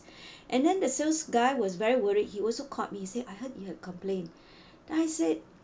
and then the sales guy was very worried he also called me he say I heard you have complaint then I said